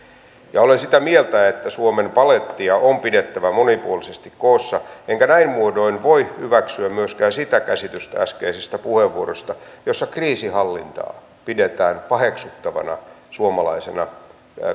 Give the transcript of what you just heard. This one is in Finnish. olen sitä mieltä että suomen palettia on pidettävä monipuolisesti koossa enkä näin muodoin voi hyväksyä myöskään sitä käsitystä äskeisestä puheenvuorosta jossa kriisinhallintaa pidetään paheksuttavana suomalaisena